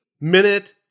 Minute